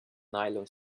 nylon